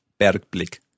Bergblick